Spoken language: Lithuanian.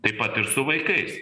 taip pat ir su vaikais